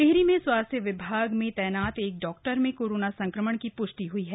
टिहरी में स्वास्थ्य विभाग में तैनात एक डाक्टर में कोरोना संक्रमण की प्ष्टि हई है